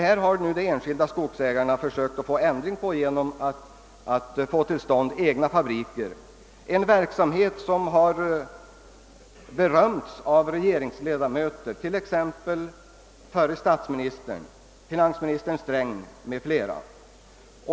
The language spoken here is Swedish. Här har nu de enskilda skogsägarna försökt få en ändring till stånd genom att upprätta egna fabriker, en verksamhet som har berömts av regeringsledamöter, t.ex. förre statsministern Erlander, finansminister Sträng m.fl.